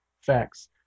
facts